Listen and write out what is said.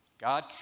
God